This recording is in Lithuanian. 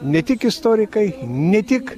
ne tik istorikai ne tik